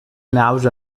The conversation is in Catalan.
naus